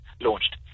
launched